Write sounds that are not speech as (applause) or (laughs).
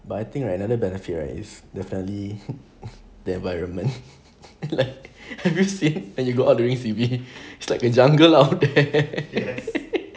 but I think right another benefit right is definitely their environment like have you seen like you go out during C_B it's like a jungle out there (laughs)